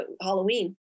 Halloween